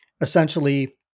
essentially